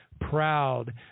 proud